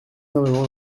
énormément